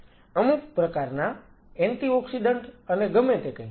અમુક પ્રકારના એન્ટીઓક્સિડન્ટ અને ગમે તે કંઈક